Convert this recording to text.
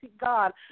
God